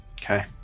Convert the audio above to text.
Okay